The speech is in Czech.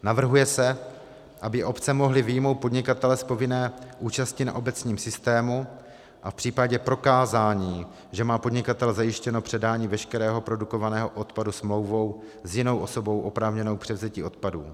Navrhuje se, aby obce mohly vyjmout podnikatele z povinné účasti na obecním systému v případě prokázání, že má podnikatel zajištěno předání veškerého produkovaného odpadu smlouvou s jinou osobou oprávněnou k převzetí odpadů.